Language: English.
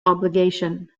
obligation